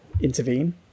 intervene